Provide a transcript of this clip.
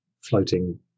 floating